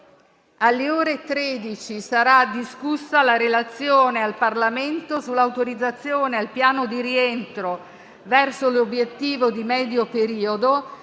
Alle ore 13 sarà discussa la Relazione al Parlamento sull'autorizzazione al piano di rientro verso l'Obiettivo di medio periodo,